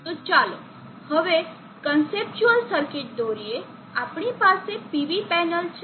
તો ચાલો હવે કન્સેપ્ચ્યુઅલ સર્કિટ દોરીએ આપણી પાસે PV પેનલ છે